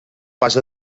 pas